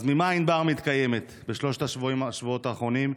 אז ממה ענבר מתקיימת בשלושת השבועות האחרונים?